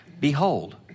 behold